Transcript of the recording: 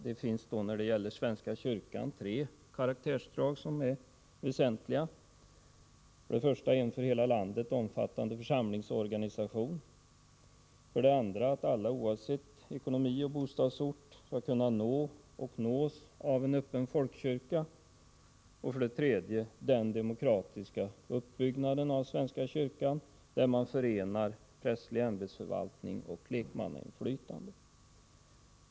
Den svenska kyrkan har tre väsentliga karaktärsdrag: för det första en för hela landet omfattande församlingsorganisation, för det andra kravet att alla oavsett ekonomi och bostadsort skall kunna nå och nås av en öppen folkkyrka och för det tredje den demokratiska uppbyggnaden, där man förenar prästerlig ämbetsförvaltning och lekmannainflytande.